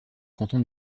canton